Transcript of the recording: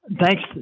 Thanks